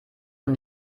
und